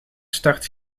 start